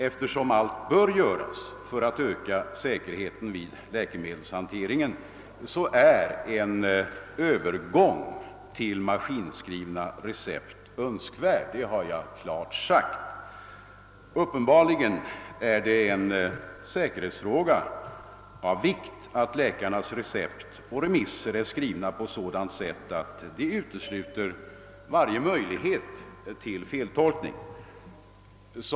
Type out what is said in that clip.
Eftersom allt bör göras för att öka säkerheten vid läkemedelshanteringen är en övergång till maskinskrivna recept önskvärd — det har jag klart sagt. Det är uppenbarligen en säkerhetsfråga av vikt att läkarnas recept och remisser är skrivna på sådant sätt, att varje möjlighet till feltolkning utesluts.